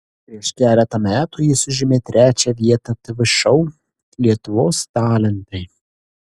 prieš keletą metų jis užėmė trečią vietą tv šou lietuvos talentai